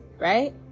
Right